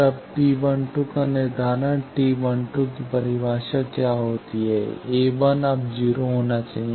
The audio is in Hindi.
तब T 12 का निर्धारण T 12 की परिभाषा क्या होती है a1 अब 0 होना चाहिए